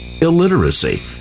illiteracy